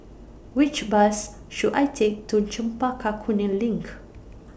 Which Bus should I Take to Chempaka Kuning LINK